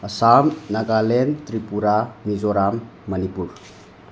Assam Nagaland Tripura Mizoram Manipur